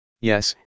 Yes